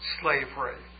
slavery